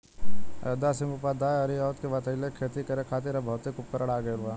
अयोध्या सिंह उपाध्याय हरिऔध के बतइले कि खेती करे खातिर अब भौतिक उपकरण आ गइल बा